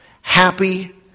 happy